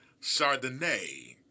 Chardonnay